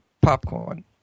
popcorn